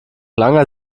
langer